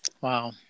Wow